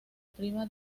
prima